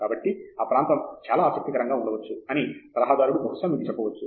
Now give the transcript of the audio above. కాబట్టి ఆ ప్రాంతం చాలా ఆసక్తికరంగా ఉండవచ్చు అని సలహాదారుడు బహుశా మీకు చెప్పవచ్చు